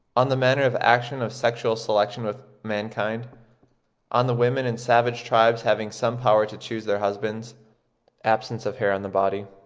on the manner of action of sexual selection with mankind on the women in savage tribes having some power to choose their husbands absence of hair on the body,